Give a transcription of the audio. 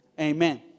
amen